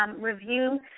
review